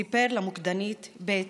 סיפר למוקדנית ב',